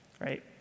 right